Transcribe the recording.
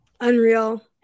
unreal